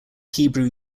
hebrew